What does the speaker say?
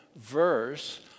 verse